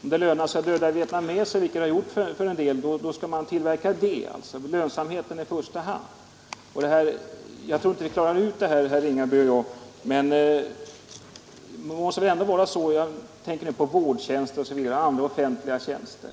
det lönar sig att döda vietnameser, vilket det har gjort för en del, då skall man alltså ägna sig åt det — lönsamhet i första hand. Jag tror inte att vi klarar ut det här herr Ringaby och jag, men jag tänker på vårdtjänster och andra offentliga tjänster.